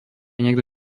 niekto